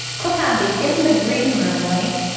click on the in the green room link,